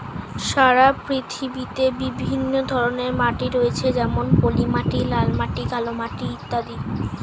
সারা পৃথিবীতে বিভিন্ন ধরনের মাটি রয়েছে যেমন পলিমাটি, লাল মাটি, কালো মাটি ইত্যাদি